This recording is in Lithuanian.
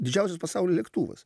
didžiausias pasauly lėktuvas